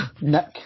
Nick